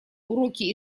уроки